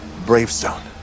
Bravestone